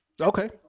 okay